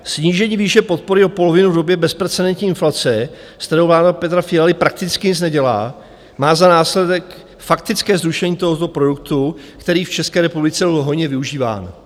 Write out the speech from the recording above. Snížení výše podpory o polovinu v době bezprecedentní inflace, s kterou vláda Petra Fialy prakticky nic nedělá, má za následek faktické zrušení tohoto produktu, který v České republice byl hojně využíván.